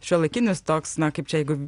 šiuolaikinis toks na kaip čia jeigu